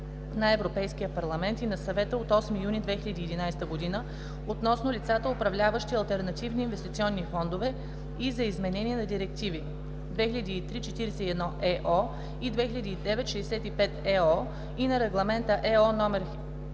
на Европейския парламент и на Съвета от 8 юни 2011 г. относно лицата, управляващи алтернативни инвестиционни фондове и за изменение на директиви 2003/41/ЕО и 2009/65/ЕО и на регламенти (ЕО) №